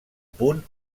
punt